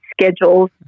schedules